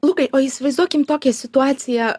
lukai o įsivaizduokim tokią situaciją